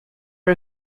are